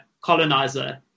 colonizer